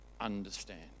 understand